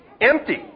empty